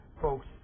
folks